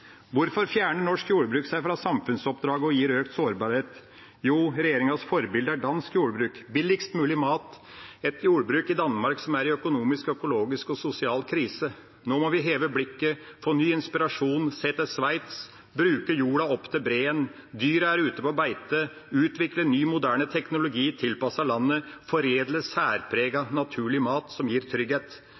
Hvorfor fjerner norsk jordbruk seg fra samfunnsoppdraget og gir økt sårbarhet? Jo, regjeringas forbilde er dansk jordbruk med billigst mulig mat, et jordbruk i Danmark som er i økonomisk, økologisk og sosial krise. Nå må vi heve blikket, få ny inspirasjon og se til Sveits. Vi må bruke jorda opp til breen, ha dyra ute på beite, utvikle ny, moderne teknologi tilpasset landet og foredle særpreget naturlig mat som gir trygghet.